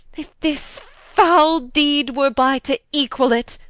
if this foule deed were by, to equall it.